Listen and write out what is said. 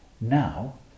Now